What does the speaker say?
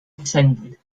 descended